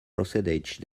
procedeix